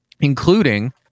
including